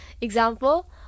Example